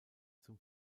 zum